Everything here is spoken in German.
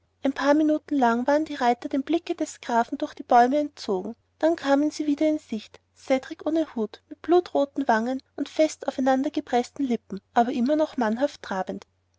ein paar minuten lang waren die reiter dem blicke des grafen durch die bäume entzogen dann kamen sie wieder in sicht cedrik ohne hut mit blutroten wangen und fest aufeinandergepreßten lippen aber noch immer mannhaft trabend